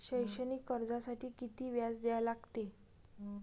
शैक्षणिक कर्जासाठी किती व्याज द्या लागते?